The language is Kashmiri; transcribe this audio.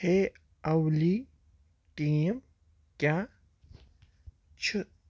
ہے اَولی ٹیٖم کیٛاہ چھِ